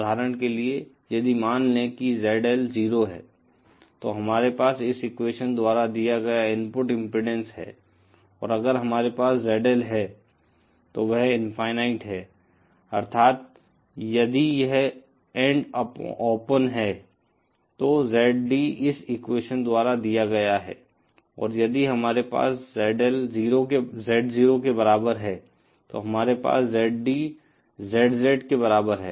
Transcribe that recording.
उदाहरण के लिए यदि मान लें कि ZL 0 है तो हमारे पास इस एक्वेशन द्वारा दिया गया इनपुट इम्पीडेन्स है और अगर हमारे पास ZL है तो वह इनफाईनाईट है अर्थात यदि यह एन्ड ओपन है तो ZD इस एक्वेशन द्वारा दिया गया है और यदि हमारे पास है ZL Z0 के बराबर है तो हमारे पास ZD ZZ के बराबर है